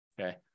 okay